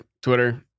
Twitter